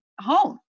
home